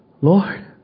Lord